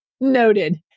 Noted